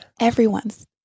Everyone's